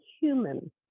human